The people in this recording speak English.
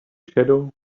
shadow